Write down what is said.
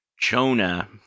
Jonah